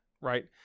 right